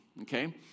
Okay